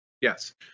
yes